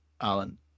Alan